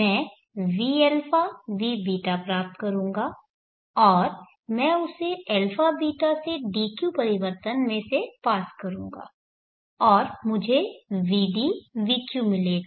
मैं vα vβ प्राप्त करूंगा और मैं उसे αβ से dq परिवर्तन में से पास करूंगा और मुझे vd vq मिलेगा